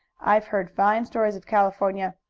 i've heard fine stories of california.